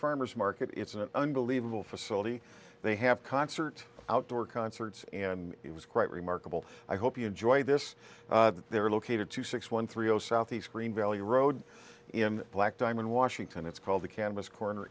farmers market it's an unbelievable facility they have concert outdoor concerts and it was quite remarkable i hope you enjoy this that they're located two six one three zero southeast green valley road in black diamond washington it's called the canvas corner